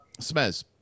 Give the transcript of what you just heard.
Smez